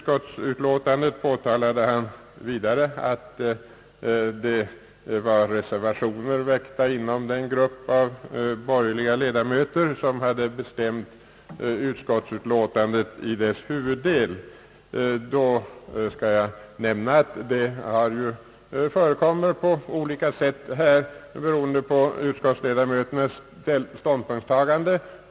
Vidare påtalade justitieministern att reservationer avgivits av den grupp av borgerliga ledamöter i utskottet, som hade bestämt utlåtandet i dess huvuddel. Då skall jag nämna att bruket varierar beroende på utskottsledamöternas ståndpunktstagande.